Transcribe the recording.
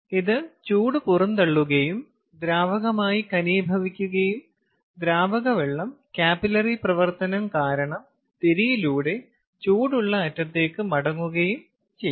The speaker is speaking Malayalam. ഇത് ചൂട് പുറന്തള്ളുകയും ദ്രാവകമായി ഘനീഭവിക്കുകയും ദ്രാവക വെള്ളം കാപ്പിലറി പ്രവർത്തനം കാരണം തിരിയിലൂടെ ചൂടുള്ള അറ്റത്തേക്ക് മടങ്ങുകയും ചെയ്യും